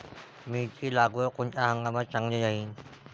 मिरची लागवड कोनच्या हंगामात चांगली राहीन?